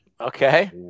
Okay